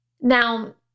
Now